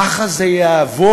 ככה זה יעבוד?